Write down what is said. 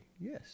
Yes